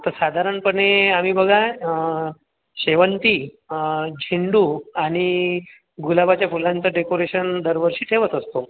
तर साधारणपणे आम्ही बघा शेवंती झेंडू आणि गुलाबाच्या फुलांचं डेकोरेशन दरवर्षी ठेवत असतो